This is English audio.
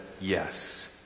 Yes